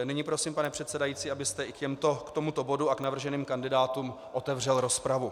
Nyní prosím, pane předsedající, abyste i k tomuto bodu a navrženým kandidátům otevřel rozpravu.